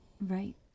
Right